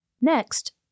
Next